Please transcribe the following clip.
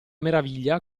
meraviglia